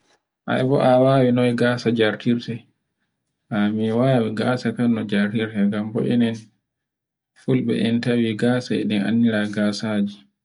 Ai bo a wawi noy gasa jartinte. A mi wawai gasa kan no jartinte nga fu enen fulɓe en tawi gasa e ɗi anndira e gasaji.